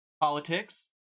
politics